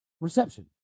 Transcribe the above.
reception